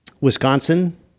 Wisconsin